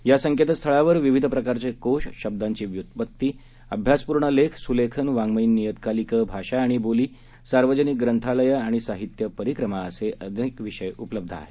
या संकेतस्थळावर विविध प्रकारचे कोश शब्दांची व्युत्पत्ती अभ्यासपूर्ण लेख सुलेखन वाङ्मयीन नियतकालिकं भाषा आणि बोली सार्वजनिक ग्रंथालयं आणि साहित्य परिक्रमा असे विविध विषय उपलब्ध आहेत